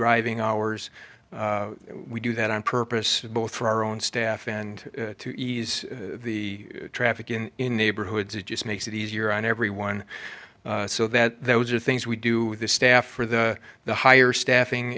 driving hours we do that on purpose both for our own staff and to ease the traffic in in neighborhoods it just makes it easier on everyone so that those are things we do the staff for the the higher staffing